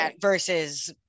versus